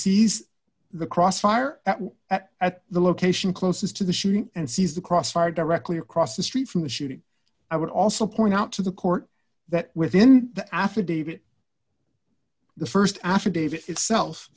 sees the crossfire at at the location closest to the shooting and sees the crossfire directly across the street from the shooting i would also point out to the court that within the affidavit the st affidavit itself